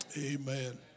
Amen